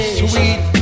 sweet